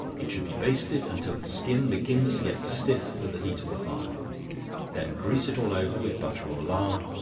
it should be basted until the skin begins to get stiff with the heat of the fire then grease it all over with butter or lard,